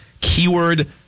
Keyword